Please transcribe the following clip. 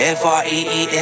free